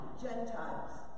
Gentiles